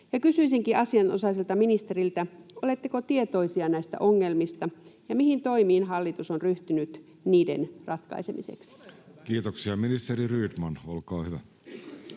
Kysyisinkin asianomaiselta ministeriltä: Oletteko tietoisia näistä ongelmista, ja mihin toimiin hallitus on ryhtynyt niiden ratkaisemiseksi? [Eduskunnasta: Todella hyvä